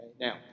Now